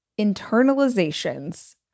internalizations